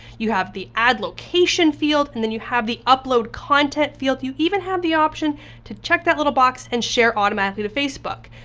you have the add location field, and then you have the upload content field. you even have the option to check that little box and share automatically to facebook.